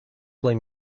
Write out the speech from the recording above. play